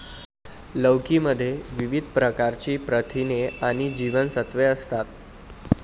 लौकी मध्ये विविध प्रकारची प्रथिने आणि जीवनसत्त्वे असतात